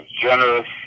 generous